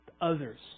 others